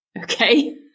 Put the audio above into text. okay